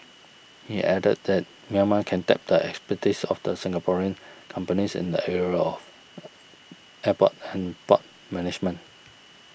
he added that Myanmar can tap the expertise of the Singaporean companies in the areas of airport and port management